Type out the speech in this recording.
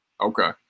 Okay